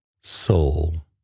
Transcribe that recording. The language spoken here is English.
soul